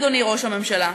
אדוני ראש הממשלה,